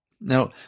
Now